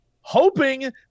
hoping